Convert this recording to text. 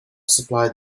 supply